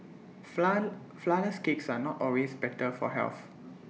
Flourless Cakes are not always better for health